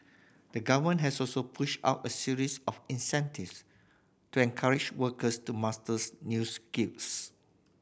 the govern has also pushed out a series of initiatives to encourage workers to masters new skills